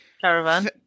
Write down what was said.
Caravan